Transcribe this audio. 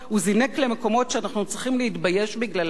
צריכים להתבייש בגללם בושה עמוקה.